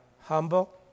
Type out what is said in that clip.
humble